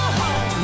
home